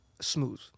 smooth